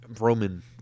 Roman